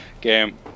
game